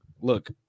Look